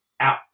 out